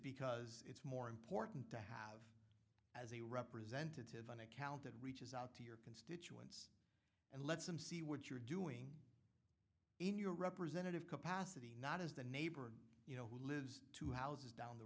because it's more important to have as a representative an account that reaches out to your car and lets them see what you're doing in your representative capacity not as the neighbor you know who lives two houses down the